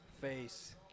Face